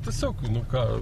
tiesiog nu ką